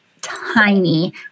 tiny